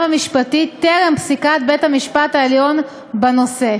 המשפטי טרם פסיקת בית-המשפט העליון בנושא,